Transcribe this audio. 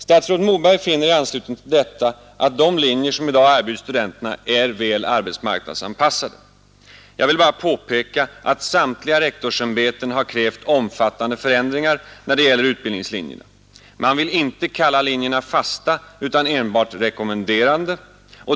Statsrådet Moberg finner i anslutning till detta att de linjer som i dag erbjuds studenterna är väl arbetsmarknadsanpassade. Jag vill bara påpeka att samtliga rektorsämbeten har krävt omfattande förändringar när det gäller utbildningslinjerna. Man vill inte kalla linjerna fasta utan endast rekommenderade.